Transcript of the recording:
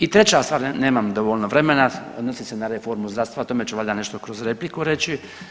I treća stvar, nemam dovoljno vremena, odnosi se na reformu zdravstva, o tome ću valjda nešto kroz repliku reći.